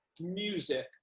music